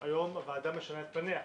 היום הוועדה משנה את פניה,